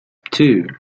two